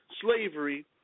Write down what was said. Slavery